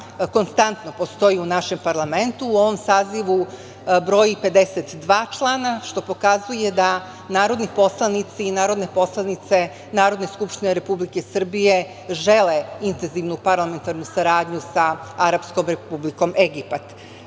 konstantno postoji u našem parlamentu. U ovom sazivu broji 52 člana, što pokazuje da narodni poslanici i narodne poslanice Narodne skupštine Republike Srbije žele intenzivnu parlamentarnu saradnju sa Arapskom Republikom